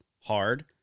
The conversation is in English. hard